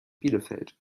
bielefeld